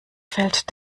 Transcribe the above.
fällt